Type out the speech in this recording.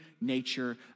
nature